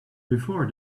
before